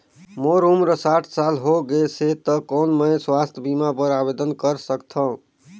मोर उम्र साठ साल हो गे से त कौन मैं स्वास्थ बीमा बर आवेदन कर सकथव?